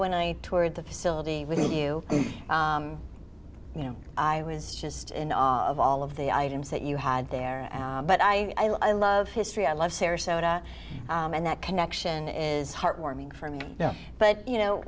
when i toured the facility with you you know i was just in awe of all of the items that you had there but i love history i love sarasota and that connection is heartwarming for me now but you know